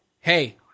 hey